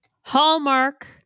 Hallmark